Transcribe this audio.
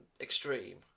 extreme